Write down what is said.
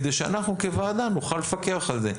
כדי שאנחנו כוועדה נוכל לפקח על זה.